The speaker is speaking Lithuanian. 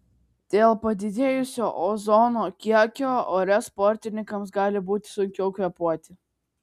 dėl padidėjusio ozono kiekio ore sportininkams gali būti sunkiau kvėpuoti